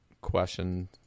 question